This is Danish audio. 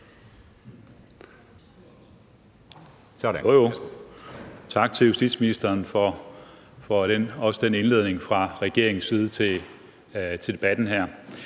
Tak til justitsministeren for den indledning fra regeringens side til debatten her.